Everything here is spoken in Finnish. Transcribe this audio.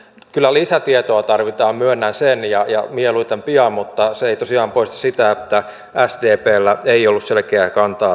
kyllä lisätietoa tarvitaan myönnän sen ja mieluiten pian mutta se ei tosiaan poista sitä että sdpllä itsellään ei ollut tähän selkeää kantaa